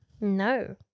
No